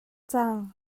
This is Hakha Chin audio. cang